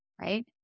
Right